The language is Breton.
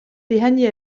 pehini